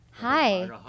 Hi